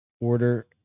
order